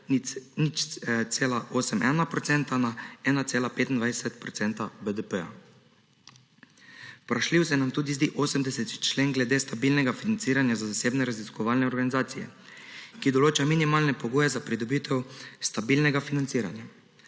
1,25 procenta BDP-ja. Vprašljiv se nam zdi tudi 80. člen glede stabilnega financiranja za zasebne raziskovalne organizacije, ki določa minimalne pogoje za pridobitev stabilnega financiranja.